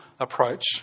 approach